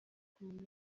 kumenya